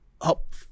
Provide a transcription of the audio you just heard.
up